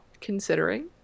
considering